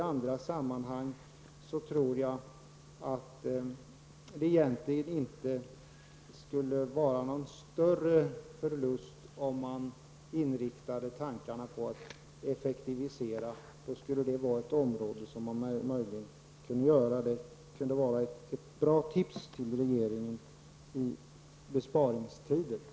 Jag tror egentligen inte att det skulle vara någon större förlust om man inriktade tankarna på att effektivisera. Detta kunde vara ett bra tips till regeringen i besparingstider.